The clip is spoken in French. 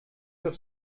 sur